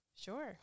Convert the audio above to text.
Sure